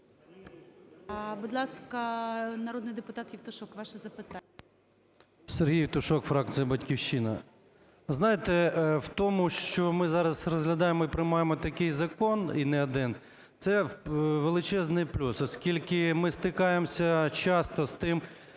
Будь ласка, народний депутат Євтушок, ваше запитання. 12:51:44 ЄВТУШОК С.М. Сергій Євтушок, фракція "Батьківщина". Знаєте, в тому, що ми зараз розглядаємо і приймаємо такий закон, і не один, це величезний плюс, оскільки ми стикаємося часто з тим,